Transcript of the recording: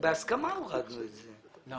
הורדנו את זה בהסכמה.